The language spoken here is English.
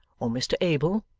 or mr abel,